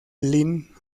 lynn